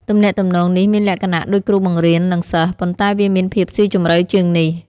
ទំនាក់ទំនងនេះមានលក្ខណៈដូចគ្រូបង្រៀននឹងសិស្ស ប៉ុន្តែវាមានភាពស៊ីជម្រៅជាងនេះ។